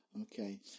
Okay